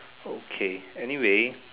okay anyway